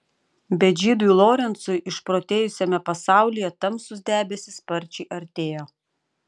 bet žydui lorencui išprotėjusiame pasaulyje tamsūs debesys sparčiai artėjo